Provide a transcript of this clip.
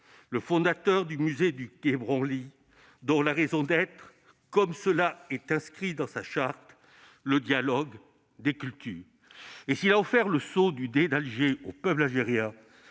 le fondateur du musée du quai Branly, dont la raison d'être, comme cela est inscrit dans sa charte, est le dialogue des cultures. Et s'il a offert le sceau du dey d'Alger au peuple algérien,